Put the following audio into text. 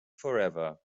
forever